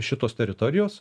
šitos teritorijos